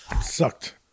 Sucked